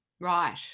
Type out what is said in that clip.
Right